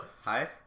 hi